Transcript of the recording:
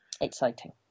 exciting